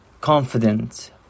confident